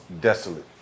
desolate